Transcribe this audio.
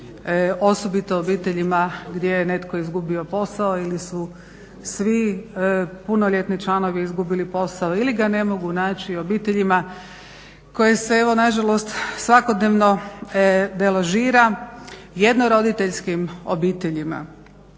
osobito obiteljima gdje je netko izgubio posao ili su svi punoljetni članovi izgubili posao ili ga ne mogu naći, obiteljima koje se evo na žalost svakodnevno deložira, jedno roditeljskim obiteljima.